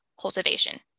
cultivation